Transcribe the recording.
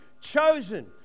Chosen